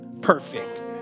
perfect